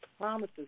promises